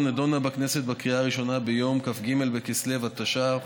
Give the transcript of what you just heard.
נדונה בכנסת בקריאה הראשונה ביום כ"ג בכסלו התשע"ח,